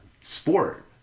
sport